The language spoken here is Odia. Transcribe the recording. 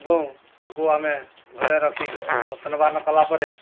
ଏବଂ ତାକୁ ଆମେ ଘରେ ରଖି ଯତ୍ନବାନ କଲାପରେ